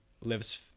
lives